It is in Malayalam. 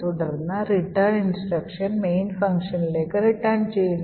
തുടർന്ന് return ഇൻസ്ട്രക്ഷൻ main ഫംഗ്ഷനിലേക്ക് റിട്ടേൺ ചെയ്യുന്നു